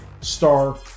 star